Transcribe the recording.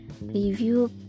Review